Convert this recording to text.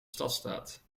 stadstaat